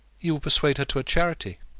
you will persuade her to a charity.